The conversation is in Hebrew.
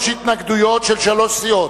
התנגדויות של שלוש סיעות: